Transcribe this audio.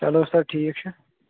چلو سر ٹھیٖک چھُ